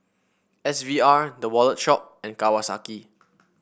S V R The Wallet Shop and Kawasaki